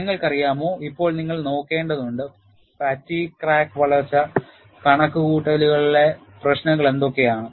നിങ്ങൾക്കറിയാമോ ഇപ്പോൾ നിങ്ങൾ നോക്കേണ്ടതുണ്ട് ഫാറ്റിഗ് ക്രാക്ക് വളർച്ചാ കണക്കുകൂട്ടലുകളിലെ പ്രശ്നങ്ങൾ എന്തൊക്കെയാണ്